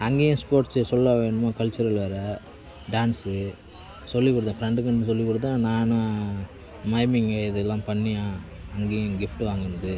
அங்கேயும் sports day சொல்லவா வேணும் கல்ச்சுரல் வேறு டான்ஸ் சொல்லிக் கொடுத்தேன் ஃப்ரெண்ட்டுங்களுக்கும் சொல்லிக் கொடுத்தேன் நானும் மைமிங் இதெல்லாம் பண்ணி அங்கேயும் கிஃப்ட் வாங்கினது